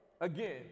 Again